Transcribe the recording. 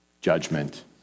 Judgment